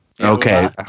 Okay